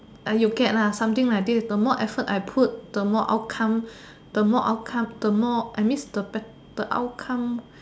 you get lah something like this the more effort I put the more outcome the more outcome the more I miss the pet the outcome